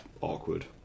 awkward